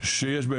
שיש בהם,